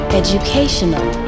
educational